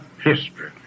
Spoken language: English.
history